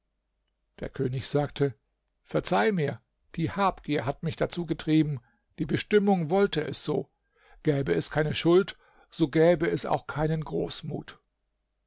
der könig sagte verzeih mir die habgier hat mich dazu getrieben die bestimmung wollte es so gäbe es keine schuld so gäbe es auch keine großmut